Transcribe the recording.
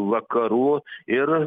vakarų ir